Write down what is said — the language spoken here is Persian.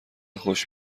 خوش